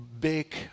big